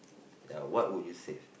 ya what would you save